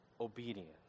obedience